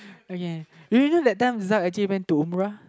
okay you know that time Zak actually went to umrah